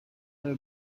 are